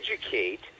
educate